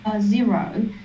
zero